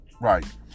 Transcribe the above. Right